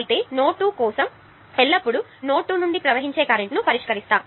అయితే నోడ్ 2 కోసం మళ్ళీ ఎల్లప్పుడూ నోడ్ 2 నుండి ప్రవహించే కరెంట్ను పరిష్కరిస్తాము